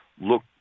look